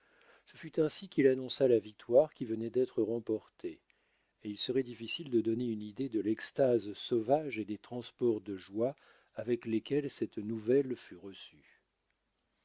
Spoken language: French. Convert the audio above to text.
ce fut ainsi qu'il annonça la victoire qui venait d'être remportée et il serait difficile de donner une idée de l'extase sauvage et des transports de joie avec lesquels cette nouvelle fut reçue